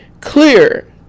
clear